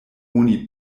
oni